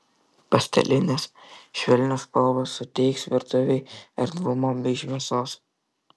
pastelinės švelnios spalvos suteiks virtuvei erdvumo bei šviesos